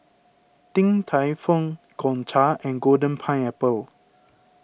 Din Tai Fung Gongcha and Golden Pineapple